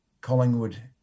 Collingwood